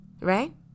Right